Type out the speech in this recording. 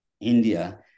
India